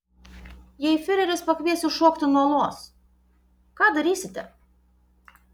jei fiureris pakvies jus šokti nuo uolos ką darysite